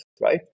right